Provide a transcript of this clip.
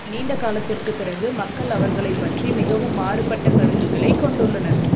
நீண்ட காலத்திற்குப் பிறகு மக்கள் அவர்களைப் பற்றி மிகவும் மாறுபட்ட கருத்துக்களைக் கொண்டுள்ளனர்